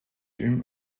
ihm